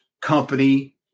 company